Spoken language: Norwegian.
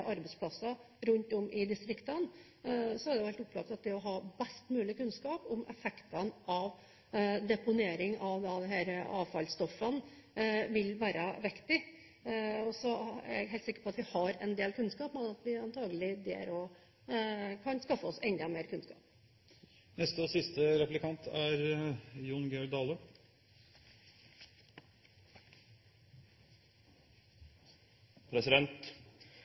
arbeidsplasser rundt om i distriktene. Det er helt opplagt at det å ha best mulig kunnskap om effektene av deponering av disse avfallsstoffene vil være viktig. Jeg er helt sikker på at vi har en del kunnskap, men at vi antagelig også der kan skaffe oss enda mer kunnskap. Det er nærliggjande for ein sunnmøring å spørje ein statsråd som er